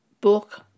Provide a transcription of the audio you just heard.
book